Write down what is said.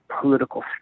political